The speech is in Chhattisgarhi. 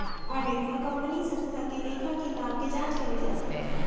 आडिट म कंपनीय संस्था के लेखा किताब के जांच करे जाथे